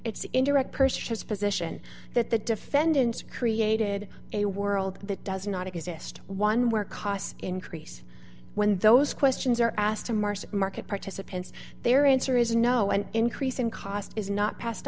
it's interact pursed his position that the defendants created a world that does not exist one where costs increase when those questions are asked and marcy market participants their answer is no an increase in cost is not passed